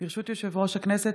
ברשות יושב-ראש הכנסת,